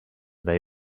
they